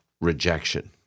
rejection